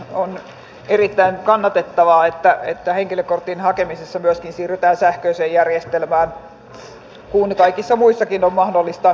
on erittäin kannatettavaa että henkilökortin hakemisessa myöskin siirrytään sähköiseen järjestelmään kun se kaikessa muussakin on mahdollista